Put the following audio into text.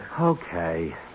Okay